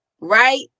right